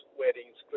weddings